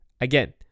again